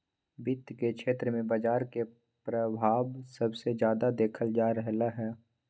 वित्त के क्षेत्र में बजार के परभाव सबसे जादा देखल जा रहलई ह